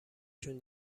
شون